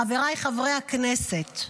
חבריי חברי הכנסת,